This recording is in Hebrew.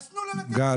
אז תנו לו לתת תשובות.